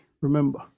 Remember